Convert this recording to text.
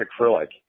acrylic